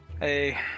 hey